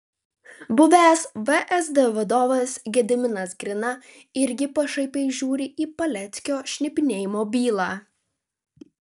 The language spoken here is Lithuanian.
buvęs vsd vadovas gediminas grina irgi pašaipiai žiūri į paleckio šnipinėjimo bylą